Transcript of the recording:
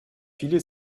viele